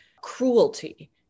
cruelty